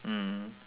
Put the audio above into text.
mm